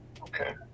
Okay